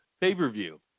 pay-per-view